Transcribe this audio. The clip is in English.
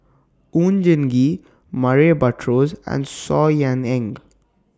Oon Jin Gee Murray Buttrose and Saw Ean Ang